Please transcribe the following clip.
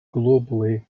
globally